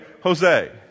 Jose